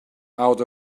out